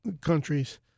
countries